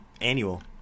annual